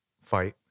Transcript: fight